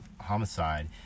homicide